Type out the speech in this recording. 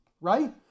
right